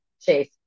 chase